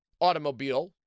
automobile